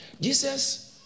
Jesus